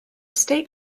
state